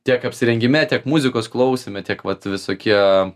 tiek apsirengime tiek muzikos klausyme tiek vat visokie